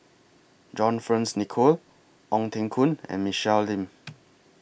John Fearns Nicoll Ong Teng Koon and Michelle Lim